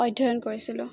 অধ্যয়ন কৰিছিলোঁ